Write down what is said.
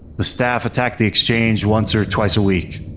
the staff attack the exchange once or twice a week.